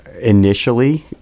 Initially